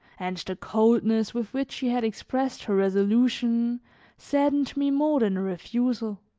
and the coldness with which she had expressed her resolution saddened me more than a refusal.